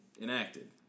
enacted